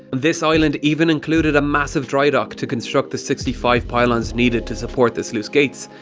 this island even included a massive dry dock to construct the sixty five pylons needed to support the sluice gates,